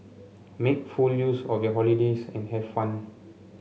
make full use of your holidays and have fun